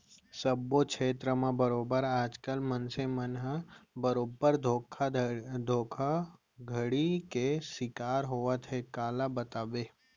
सब्बो छेत्र म बरोबर आज कल मनसे मन ह बरोबर धोखाघड़ी के सिकार होवत हे काला बताबे